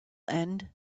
end